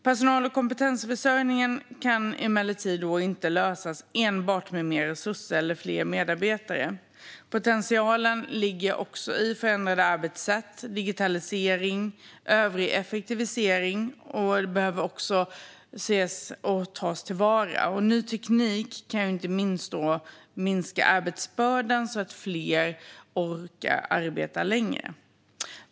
Personal och kompetensförsörjningen kan emellertid inte lösas enbart med mer resurser eller fler medarbetare. Potential finns också i förändrade arbetssätt, digitalisering och övrig effektivisering, vilket behöver tas till vara. Ny teknik kan inte minst minska arbetsbördan så att fler orkar arbeta längre.